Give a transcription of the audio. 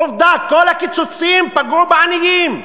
עובדה, כל הקיצוצים פגעו בעניים.